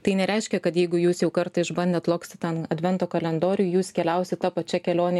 tai nereiškia kad jeigu jūs jau kartą išbandėt loccitane advento kalendorių jūs keliausit ta pačia kelione